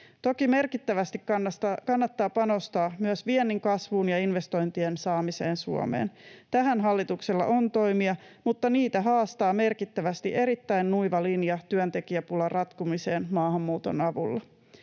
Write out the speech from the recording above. Toki merkittävästi kannattaa panostaa myös viennin kasvuun ja investointien saamiseen Suomeen. Tähän hallituksella on toimia, mutta niitä haastaa merkittävästi erittäin nuiva linja työntekijäpulan ratkomiseen maahanmuuton avulla.